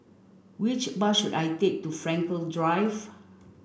which bus should I take to Frankel Drive